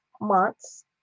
months